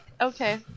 Okay